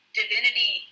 divinity